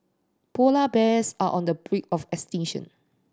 polar bears are on the brink of extinction